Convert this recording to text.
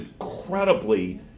incredibly